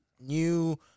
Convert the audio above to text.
new